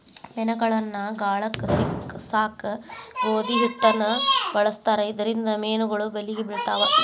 ಮೇನಗಳನ್ನ ಗಾಳಕ್ಕ ಸಿಕ್ಕಸಾಕ ಗೋಧಿ ಹಿಟ್ಟನ ಬಳಸ್ತಾರ ಇದರಿಂದ ಮೇನುಗಳು ಬಲಿಗೆ ಬಿಳ್ತಾವ